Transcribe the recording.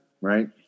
right